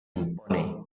impone